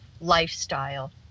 lifestyle